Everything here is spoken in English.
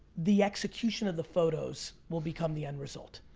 the execution of the photos will become the end result.